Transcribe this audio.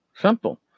Simple